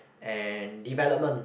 and development